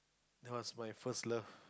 it was my first love